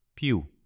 Più